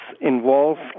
involved